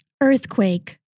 Earthquake